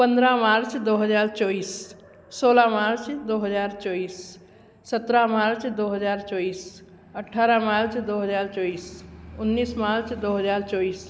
पंद्रह मार्च दो हजार चौबीस सोलह मार्च दो हजार चौबीस सत्रह मार्च दो हजार चौबीस अठारह मार्च दो हजार चौबीस उन्नीस मार्च दो हजार चौबीस